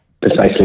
Precisely